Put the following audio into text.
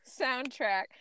soundtrack